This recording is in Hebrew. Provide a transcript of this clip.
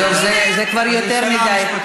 טוב, זה כבר יותר מדי.